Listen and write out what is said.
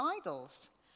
idols